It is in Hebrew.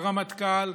מהרמטכ"ל,